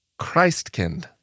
Christkind